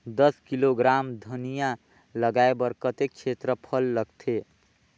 दस किलोग्राम धनिया लगाय बर कतेक क्षेत्रफल लगथे?